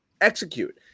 execute